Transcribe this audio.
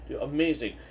Amazing